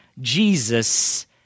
Jesus